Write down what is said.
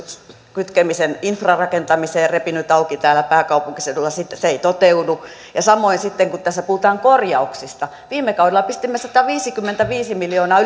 kytkemisen infra rakentamiseen repinyt auki täällä pääkaupunkiseudulla se ei toteudu ja samoin sitten kun tässä puhutaan korjauksista viime kaudella pistimme sataviisikymmentäviisi miljoonaa